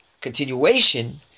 continuation